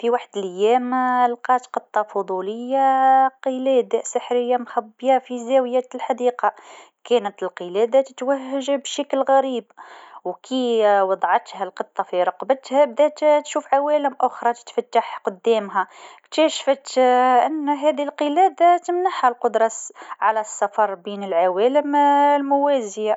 فما نهار لقات قطه فضوليه سلسله سحريه مخبيه في زاويه في الحديقه ، كانت السلسله تتوهج بشكل غريب وكيف حطتها القطه في كرومتها ولت تشوف عوالم أخرى تنفتح قدامها ، اكتشفت انو السلسله هذي تمنحها القدره على الس- السفر بين العوالم الموازيه.